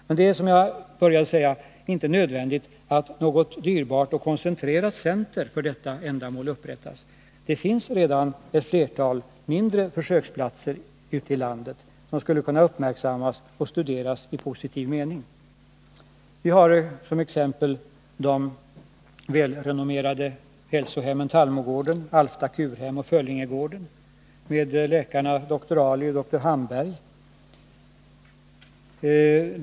Men det är, som sagt, inte nödvändigt att upprätta något dyrbart och koncentrerat center för detta. Det finns redan flera mindre försöksplatser ute i landet som skulle kunna uppmärksammas och studeras i positiv mening. Vi hart.ex. de välrenommerade hälsohemmen Tallmogården, Alfta Kurhem och Föllingegården med läkarna dr Aly och dr Hamberg.